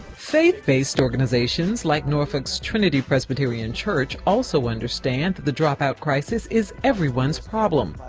faith-based organizations like norfolk's trinity presbyterian church also understands the dropout crisis is everyone's problem.